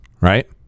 Right